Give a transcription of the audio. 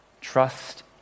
Trust